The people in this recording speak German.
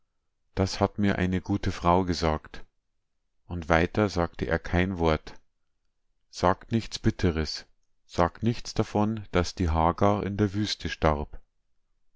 das hat mir eine gute frau gesagt und weiter sagt er kein wort sagt nichts bitteres sagt nichts davon daß die hagar in der wüste starb